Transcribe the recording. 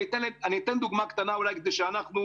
אני אתן דוגמה קטנה כדי שאנחנו,